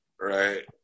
Right